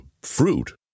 fruit